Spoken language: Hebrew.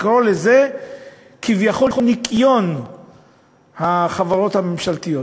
לקרוא לזה כביכול ניקיון החברות הממשלתיות?